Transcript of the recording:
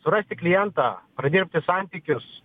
surasti klientą pradirbti santykius